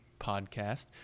Podcast